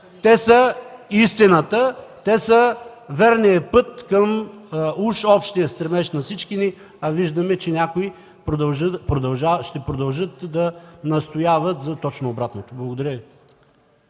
Цецка Цачева.) Те са верният път към уж общия стремеж на всички ни, но виждаме, че някои ще продължат да настояват за точно обратното. Благодаря.